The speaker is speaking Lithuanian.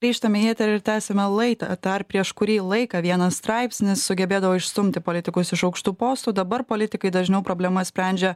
grįžtame į eterį ir tęsiame laidą dar prieš kurį laiką vienas straipsnis sugebėdavo išstumti politikus iš aukštų postų dabar politikai dažniau problemas sprendžia